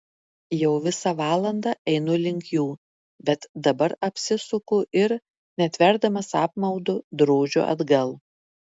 jau visą valandą einu link jų bet dabar apsisuku ir netverdamas apmaudu drožiu atgal